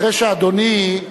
אחרי שאדוני,